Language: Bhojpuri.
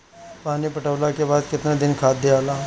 पानी पटवला के बाद केतना दिन खाद दियाला?